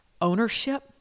ownership